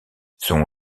son